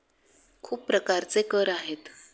खूप प्रकारचे कर आहेत